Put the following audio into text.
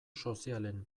sozialen